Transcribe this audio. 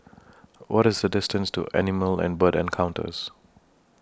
What IS The distance to Animal and Bird Encounters